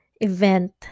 event